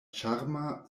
ĉarma